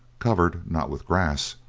covered, not with grass,